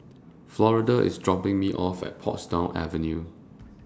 Florida IS dropping Me off At Portsdown Avenue